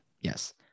Yes